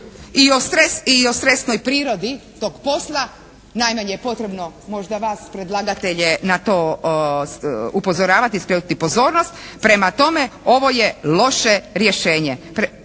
i o stresnoj prirodi tog posla najmanje je potrebno možda vas predlagatelje na to upozoravati i skretati pozornost. Prema tome ovo je loše rješenje.